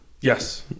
Yes